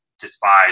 despise